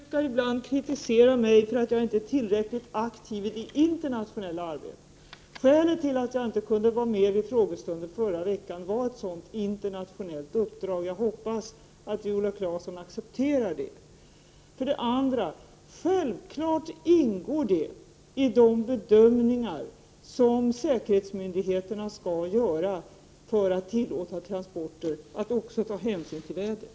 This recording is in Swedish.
Fru talman! Kammarens ledamöter brukar ibland kritisera mig för att jag inte är tillräckligt aktiv i det internationella arbetet. Skälet till att jag inte kunde vara med vid frågestunden förra veckan var ett sådant internationellt uppdrag. Jag hoppas att Viola Claesson accepterar det. Självfallet ingår det i de bedömningar som säkerhetsmyndigheterna skall göra för att tillåta transporter att också ta hänsyn till vädret.